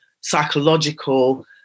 psychological